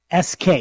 SK